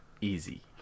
Easy